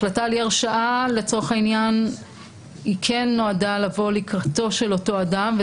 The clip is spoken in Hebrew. זאת החלטה שכן נועדה לבוא לקראתו של אותו אדם,